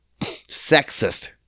sexist